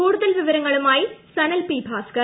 കൂടുതൽ വിവരങ്ങളുമായി സ്ന്നൽ പി ഭാസ്കർ